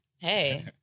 Hey